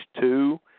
two